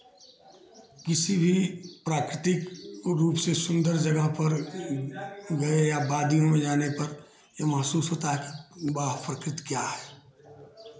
किसी भी प्राकृतिक रूप से सुंदर जगह पर गए या वादियों में जाने पर जो महसूस होता है की वाह प्रकृति क्या है